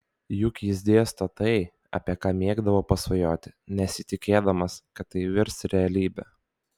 juk jis dėsto tai apie ką mėgdavo pasvajoti nesitikėdamas kad tai virs realybe